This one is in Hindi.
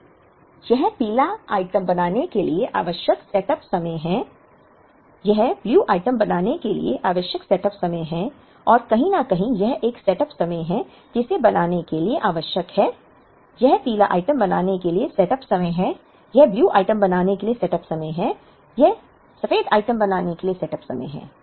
अब यह पीला आइटम बनाने के लिए आवश्यक सेटअप समय है यह ब्लू आइटम बनाने के लिए आवश्यक सेटअप समय है और कहीं न कहीं यह एक सेटअप समय है जिसे बनाने के लिए आवश्यक है यह पीला आइटम बनाने के लिए सेटअप समय है यह ब्लू आइटम बनाने के लिए सेटअप समय है यह सफेद आइटम बनाने के लिए सेटअप समय है